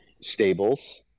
stables